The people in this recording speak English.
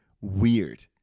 weird